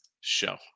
show